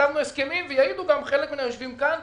חתמנו הסכמים ויעידו חלק מהיושבים כאן.